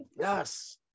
yes